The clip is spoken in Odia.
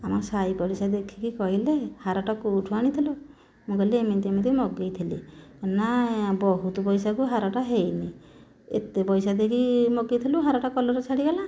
ଆମ ସାହି ପଡ଼ିଶା ଦେଖିକି କହିଲେ ହାରଟା କେଉଁଠୁ ଆଣିଥିଲୁ ମୁଁ କହିଲି ଏମିତି ଏମିତି ମଗାଇଥିଲି ନା ବହୁତ ପଇସାକୁ ହାରଟା ହୋଇନି ଏତେ ପଇସା ଦେଇକି ମଗାଇଥିଲୁ ହାରଟା କଲର୍ ଛାଡ଼ିଗଲା